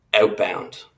outbound